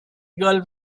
girl